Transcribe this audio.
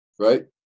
right